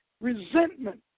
resentment